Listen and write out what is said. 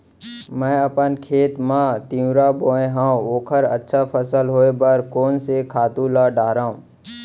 मैं अपन खेत मा तिंवरा बोये हव ओखर अच्छा फसल होये बर कोन से खातू ला डारव?